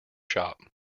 shop